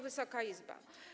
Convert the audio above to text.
Wysoka Izbo!